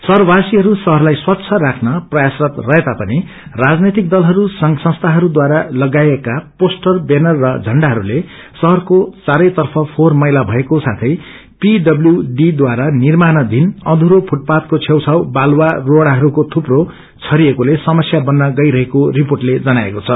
शहरवासीहरू शहरलाई स्वच्छ राख्न प्रयासरत रहेता पनि राजनैतिक दलहरू संघ संस्थाहरूद्वारा लगाईएका पोष्टर वैनर र झण्डाहरूले शहरको चारै तर्फ फोहोर मैला भएको साथै पीडब्यूडी द्वारा निर्माणवीन अधुरो फूटपायको छेउछाउ बालुवा रोड़ाहरूको युप्रो र छरिएकोले समस्या बन्न गईरहेको रिर्पोटले जनाएको छ